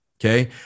okay